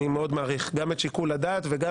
אני מאוד מעריך גם את שיקול הדעת וגם